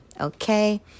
okay